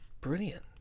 Brilliant